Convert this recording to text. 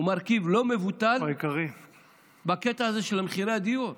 הוא מרכיב לא מבוטל בקטע של מחירי הדיור.